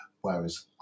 whereas